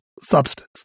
substance